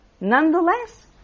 Nonetheless